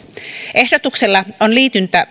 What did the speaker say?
ehdotuksella on liityntä